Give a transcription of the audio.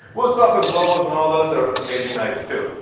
wusthof and global and all those are amazing knives too.